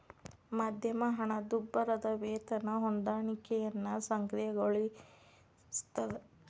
ಮಧ್ಯಮ ಹಣದುಬ್ಬರದ್ ವೇತನ ಹೊಂದಾಣಿಕೆಯನ್ನ ಸಕ್ರಿಯಗೊಳಿಸ್ತದ